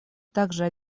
также